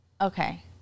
Okay